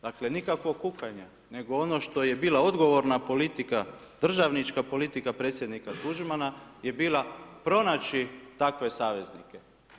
Dakle, nikakvo kukanje, nego ono što je bila odgovorna politika, državnička politika predsjednika Tuđmana je bila pronaći takve saveznike.